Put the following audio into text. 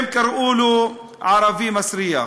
הם קראו לו ערבי מסריח.